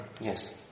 Yes